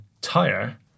tire